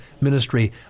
ministry